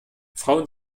frauen